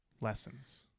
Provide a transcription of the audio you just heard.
Lessons